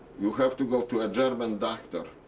you have to go to a german doctor.